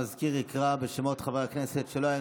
המזכיר יקרא בשמות חברי הכנסת שלא היו